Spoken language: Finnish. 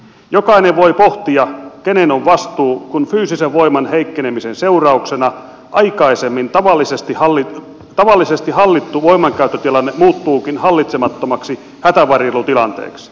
jokainen voi pohtia kenen on vastuu kun fyysisen voiman heikkenemisen seurauksena aikaisemmin tavallisesti hallittu voimankäyttötilanne muuttuukin hallitsemattomaksi hätävarjelutilanteeksi